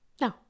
No